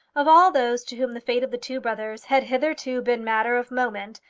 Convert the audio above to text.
of all those to whom the fate of the two brothers had hitherto been matter of moment,